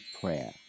prayer